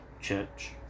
church